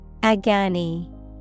Agani